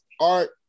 Art